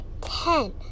ten